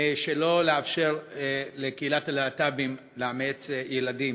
שלא לאפשר לקהילת הלהט"בים לאמץ ילדים.